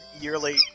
yearly